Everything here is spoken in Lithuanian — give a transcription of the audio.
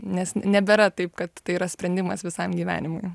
nes nebėra taip kad tai yra sprendimas visam gyvenimui